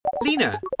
Lena